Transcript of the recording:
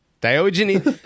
Diogenes